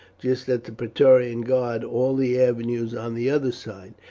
just as the praetorians guard all the avenues on the other side.